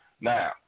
Now